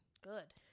Good